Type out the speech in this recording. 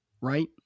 right